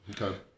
Okay